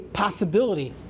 possibility